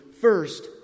first